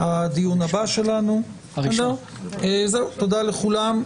תודה לכולם.